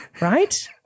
Right